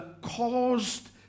caused